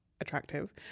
attractive